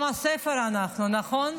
עם הספר אנחנו, נכון?